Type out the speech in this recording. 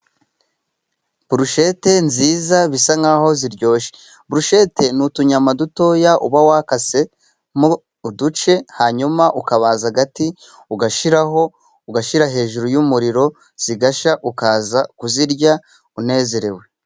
Burushete nziza bisa nk'a ziryoshye. Burushete ni utunyama dutoya uba wakase mo uduce hanyuma ukabaza agati ugashiraho. Ugashyira hejuru y'umuriro zigashya ukaza kuzirya unezerewe.